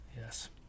yes